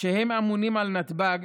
שאמונים על נתב"ג: